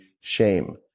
shame